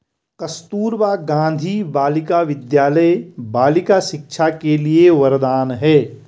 कस्तूरबा गांधी बालिका विद्यालय बालिका शिक्षा के लिए वरदान है